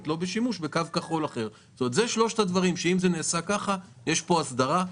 יש פה הסדרה,